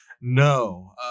No